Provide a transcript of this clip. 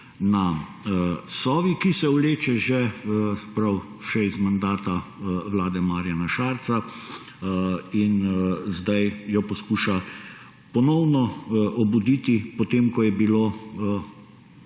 na Sovi, ki se vleče še iz mandata vlade Marjana Šarca, in zdaj jo poslušajo ponovno obuditi, potem ko je bilo